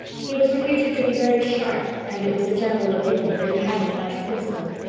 he was reputed to be very sharp and it was the general opinion that he hadn't much principle.